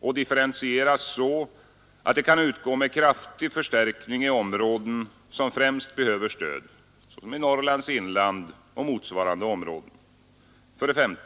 och differentieras så att det kan utgå med kraftig förstärkning i områden som främst behöver stöd, såsom i Norrlands inland och motsvarande områden. 5.